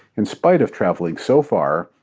in spite of travelling so far,